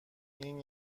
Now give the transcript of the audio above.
این